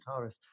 guitarist